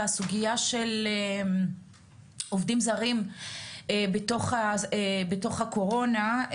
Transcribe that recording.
והסוגיה של עובדים זרים בתוך הקורונה,